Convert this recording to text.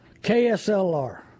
KSLR